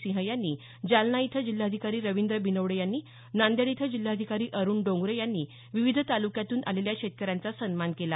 सिंह यांनी जालना इथं जिल्हाधिकारी रवींद्र बिनवडे यांनी नांदेड इथं जिल्हाधिकारी अरुण डोंगरे यांनी विविध तालुक्यांतून आलेल्या शेतकऱ्यांचा सन्मान केला